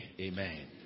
Amen